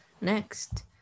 next